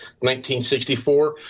1964